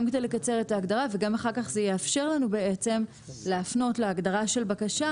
גם כדי לקצר את ההגדרה וגם אחר כך זה יאפשר לנו להפנות להגדרה של בקשה